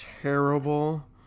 terrible